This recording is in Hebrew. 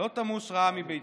לא תמוש רעה מביתו".